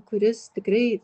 kuris tikrai